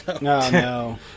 No